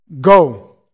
go